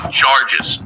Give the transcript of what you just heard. charges